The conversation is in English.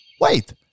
Wait